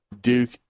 Duke